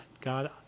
God